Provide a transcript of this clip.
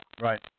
Right